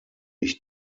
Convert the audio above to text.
ich